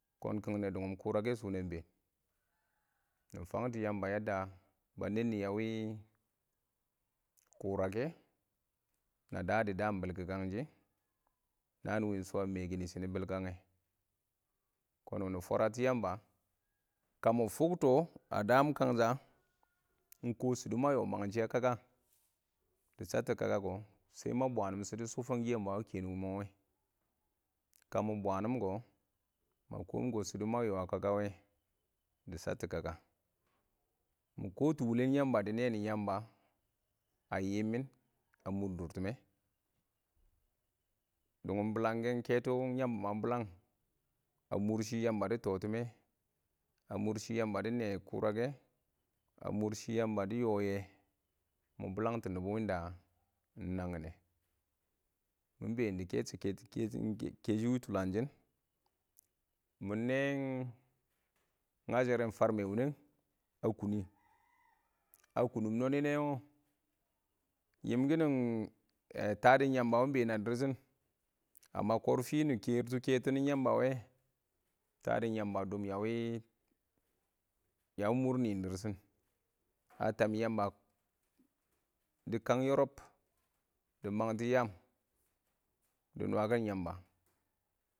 Kʊn kɪngnɛ dungun kʊrakɛn shuʊnɛ ingbeen nɪ fangts yaan ba da ba neenni a wɪɪn kʊrakɛn na da dɪ daam bilki kang shɪ naan win sho a mɪ kɪ nɪ kɪ kɔn wimi fwarats yamba kə mɪ fokto a daam kangsha iɪng kɪɪn shɪdo ma yrs mangshɪ a kɪɪn-kə dɪ shattɔ kaka kʊ shɛ mabwanim shɪdo fang-kuwɪ yamba wʊ a ken mʊ wɛ kə mɪ bwanum kʊ ma koom-kom shɪdo ma yo a kə-kə wɛ dɪ shattɔ kaka mɪ kotu wuleng yamba dɪ nɛɛn yamba a yimmin a mʊr dʊr time, dʊngʊm kebu yamba ma bɪlang a mʊr shɪ yamba dɪ tstime, a mʊr shɪ yamba dɪ naiyɛ kʊrakɛ a mʊr yamba dɪ yeye mɪn bilangts yamba win da iɪng nangin nɛ mɪn been dɪ kɛshɛ kɛ-tɔ-keshɪ wɪɪn tulang shɪ nɛ mɪn bilangts yamba wida ling naagin nɛ mɪn been kɛshɛ keton kɛ-shɪ-kɛ wɪɪn tulanshinne mɪn nɛ ngasharen fame wine a kunni a kunnum nonɪ nɛ wo yimkin tadon yamba wo ingbeen na dir shɪn amma ksrfin nɪ kertu ketsn yamba wɛ tadsn yamba wo a dɔm nɪn dirshin a tam yamba dɪ kang yorsh dɪ manggts yaan dɪ nwakin yamba.